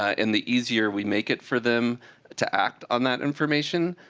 and the easier we make it for them to act on that information,